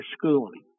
schooling